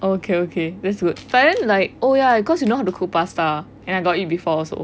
oh okay okay that's good but then like oh ya cause you know how to cook pasta then I got eat before also